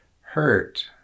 hurt